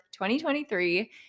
2023